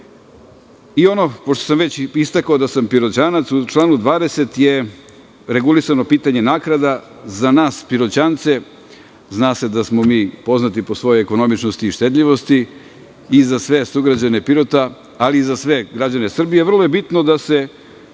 način. Pošto sam već istakao da sam Piroćanac, u članu 20. je regulisano pitanje naknada. Za nas Piroćance zna se da smo mi poznati po svojoj ekonomičnosti i štedljivosti. Za sve građane Pirota, ali i za sve građane Srbije vrlo je bitno da se